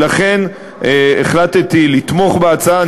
ולכן החלטתי לתמוך בהצעה,